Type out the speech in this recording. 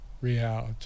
reality